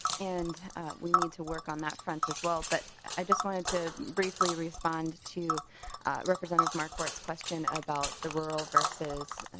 and we need to work on that front as well. but i just wanted to briefly respond to representative mark qurt's question about the rural versus